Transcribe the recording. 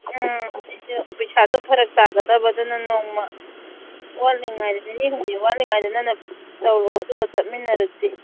ꯎꯝ ꯍꯧꯖꯤꯛꯇꯣ ꯄꯩꯁꯥꯗꯣ ꯐꯔꯛ ꯇꯥꯒꯗꯕ ꯑꯗꯨꯅ ꯅꯣꯡꯃ ꯋꯥꯡꯂꯤꯉꯩꯗ ꯅꯤꯅꯤ ꯍꯨꯝꯅꯤ ꯋꯥꯠꯂꯤꯉꯩꯗ ꯅꯪꯅ ꯇꯧꯔꯣ ꯑꯗꯨꯒ ꯆꯠꯃꯤꯟꯅꯔꯁꯤ